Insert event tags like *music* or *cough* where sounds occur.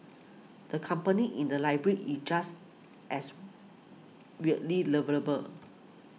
the company in the library is just as weirdly *unintelligible*